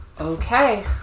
Okay